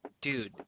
Dude